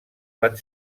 van